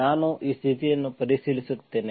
ನಾನು ಈ ಸ್ಥಿತಿಯನ್ನು ಪರಿಶೀಲಿಸುತ್ತೇನೆ